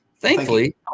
Thankfully